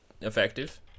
effective